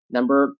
Number